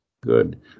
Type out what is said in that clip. good